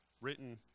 written